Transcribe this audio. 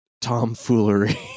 tomfoolery